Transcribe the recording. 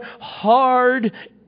hard